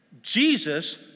Jesus